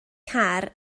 car